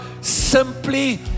simply